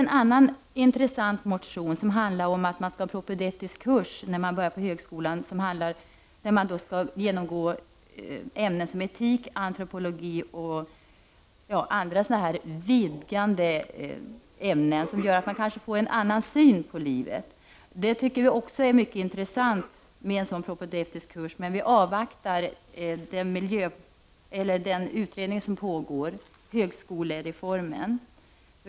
En annan intressant motion handlar om en propedeutisk kurs när man börjar på högskolan i ämnen som etik, antroplogi och andra ”vidgande” ämnen, som kan göra att man får en annan syn på livet. Vi tycker att en sådan propedeutisk kurs skulle vara mycket intressant, men vi vill avvakta den utredning som pågår om högskolereformen.